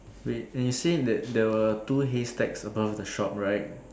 wait and you said that there were two haystacks above the shop right